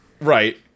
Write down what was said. Right